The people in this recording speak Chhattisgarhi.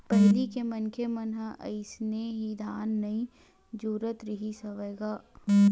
पहिली के मनखे मन ह अइसने ही धन नइ जोरत रिहिस हवय गा